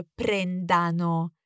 Prendano